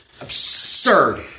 Absurd